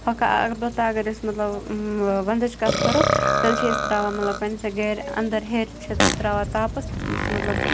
ہۄکھان البتہ اگر أسۍ مطلب وَندٕچ کَتھ کَرو تیٚلہِ چھِ أسۍ ترٛاوان مطلب پنٛنِسہ گَرِ اَندَر ہیٚرِ چھِ ترٛاو ان تاپَس سُہ مطلب